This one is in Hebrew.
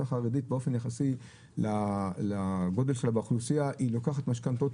החרדית באופן יחסי לגודל שלה באוכלוסיה היא לוקחת משכנתאות